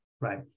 Right